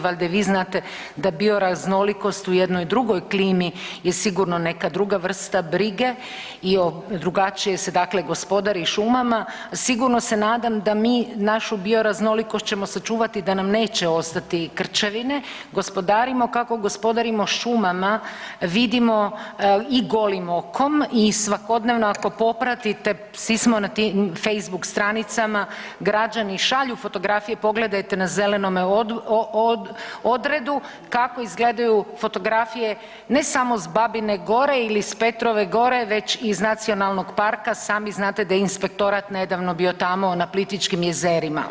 Valjda i vi znate da bio raznolikost u jednoj drugoj klimi je sigurno neka druga vrsta brige i drugačije se dakle gospodari šumama, sigurno se nadam da mi našu bioraznolikost ćemo sačuvati da nam neće ostati krčevine, gospodarimo kako gospodarimo šumama vidimo i golim okom i svakodnevno ako popratite svi smo na tim facebook stranicama, građani šalju fotografije pogledajte na Zelenome odredu kako izgledaju fotografije ne samo s Babine gore ili iz Petrove gore već iz nacionalnog parka sami znate da je inspektorat nedavno bio tamo na Plitvičkim jezerima.